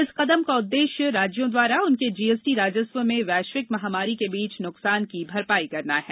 इस कदम का उद्देश्य राज्यों द्वारा उनके जीएसटी राजस्व में वैश्विक महामारी के बीच नुकसान की भरपाई करना हैं